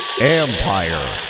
Empire